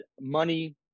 money